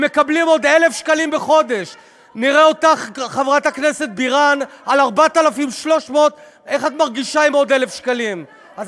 הם מקבלים היום עוד 1,000 שקלים בחודש.